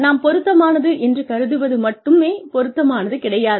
நாம் பொருத்தமானது என்று கருதுவது மட்டுமே பொருத்தமானது கிடையாது